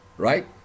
Right